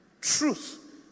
truth